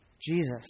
Jesus